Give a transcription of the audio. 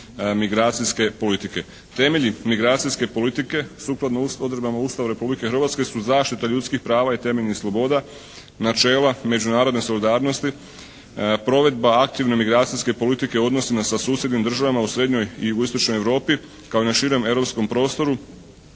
Ustava Republike Hrvatske su zaštita ljudskih prava i temeljnih sloboda, načela međunarodne solidarnosti, provedba aktivne migracijske politike u odnosima sa susjednim državama u srednjoj i jugoistočnoj Europi kao i na širem europskom prostoru,